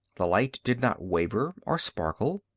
the light did not waver or sparkle.